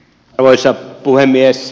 arvoisa puhemies